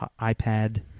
iPad